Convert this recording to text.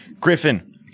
Griffin